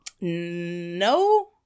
No